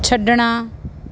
ਛੱਡਣਾ